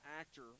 actor